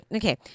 okay